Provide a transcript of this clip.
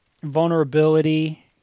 vulnerability